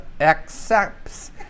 accepts